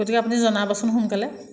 গতিকে আপুনি জনাবচোন সোনকালে